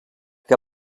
que